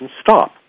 stop